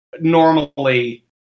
normally